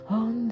on